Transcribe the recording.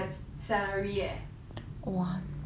!wah! but 这样算好 liao at least 没有说